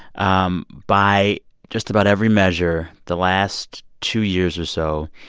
um by just about every measure, the last two years or so,